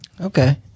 Okay